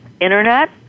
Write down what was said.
Internet